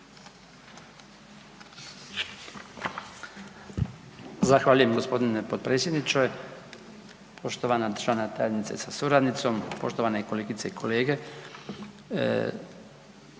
Zahvaljujem g. potpredsjedniče, poštovana državna tajnice sa suradnicom, poštovane kolegice i kolege.